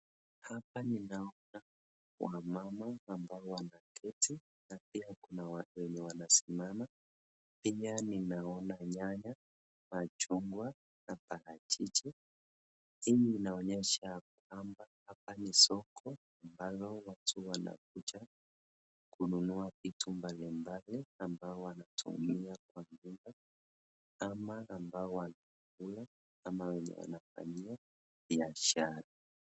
Hapa ninaona wamama ambao wanaketi, na pia kuna wenye wanasimama, pia ninaona nyanya, machungwa na parachichi, hii inaonyesha kwamba hapa ni soko ambalo watu wanakuja kununua vitu mbali mbali, ambao wanatumia kwa nyumba ama ambao wanakula ama wenye wanafanyia biashara.